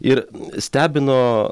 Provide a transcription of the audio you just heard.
ir stebino